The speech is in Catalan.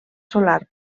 solar